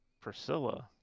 Priscilla